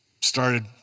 started